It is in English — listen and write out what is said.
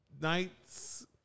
nights